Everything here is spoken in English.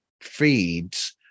feeds